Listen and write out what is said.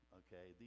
okay